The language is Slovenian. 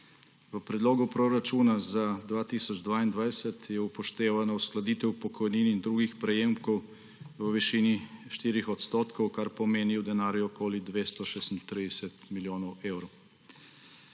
V predlogu proračuna za leto 2022 je upoštevana uskladitev pokojnin in drugih prejemkov v višini 4 %, kar pomeni v denarju okoli 236 milijonov evrov.